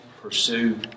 pursue